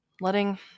letting